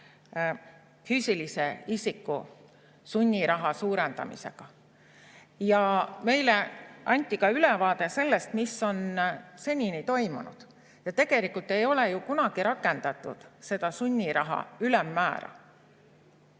füüsilise isiku sunniraha suurendamisega. Meile anti ka ülevaade sellest, mis on senini toimunud, ja tegelikult ei ole ju kunagi rakendatud seda sunniraha ülemmäära.